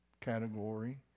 category